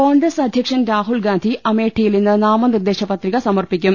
കോൺഗ്രസ് അധ്യക്ഷൻ രാഹുൽഗാന്ധി അമേഠിയിൽ ഇന്ന് നാമനിർദേശ പത്രിക സമർപ്പിക്കും